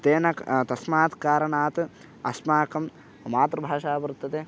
तेन क् तस्मात् कारणात् अस्माकं मातृभाषा वर्तते